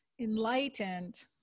enlightened